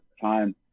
time